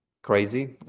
crazy